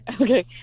Okay